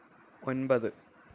ഒൻപത്